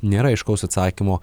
nėra aiškaus atsakymo